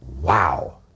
Wow